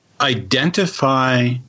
identify